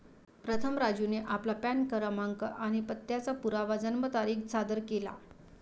प्रथम राजूने आपला पॅन क्रमांक आणि पत्त्याचा पुरावा जन्मतारीख सादर केला